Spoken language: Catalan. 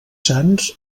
sants